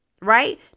right